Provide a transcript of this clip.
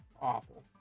Awful